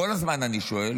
כל הזמן אני שואל.